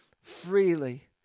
freely